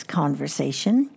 conversation